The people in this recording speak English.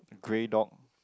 grey dog